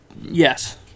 Yes